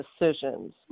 decisions